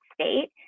state